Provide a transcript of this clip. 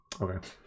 okay